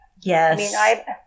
Yes